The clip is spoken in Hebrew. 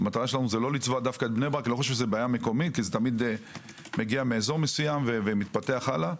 לא חושב שזו בעיה מקומית כי זה תמיד מגיע מאזור מסוים ומתפתח הלאה.